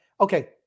okay